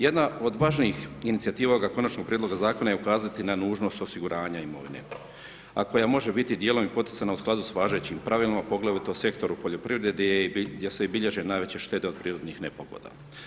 Jedna od važnijih inicijativa ovog konačnog prijedloga zakona je ukazati na nužnost osiguranja imovine, a koja može biti dijelom i poticana u skladu sa važećim pravilima, poglavito u sektoru poljoprivrede gdje se i bilježe najveće štete od prirodnih nepogoda.